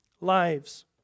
lives